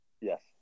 Yes